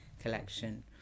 collection